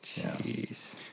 Jeez